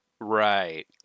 Right